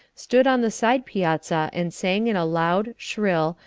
stood on the side-piazza and sang in a loud, shrill,